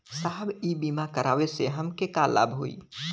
साहब इ बीमा करावे से हमके का लाभ होई?